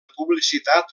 publicitat